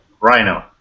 Rhino